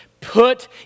put